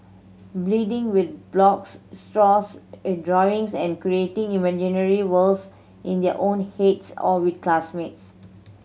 bleeding with blocks straws drawings and creating imaginary worlds in their own heads or with classmates